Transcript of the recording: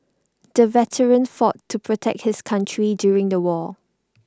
the veteran fought to protect his country during the war